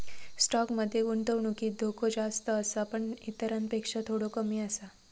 stock मध्ये गुंतवणुकीत धोको जास्त आसा पण इतरांपेक्षा थोडो कमी आसा